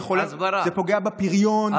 זה פוגע בפריון,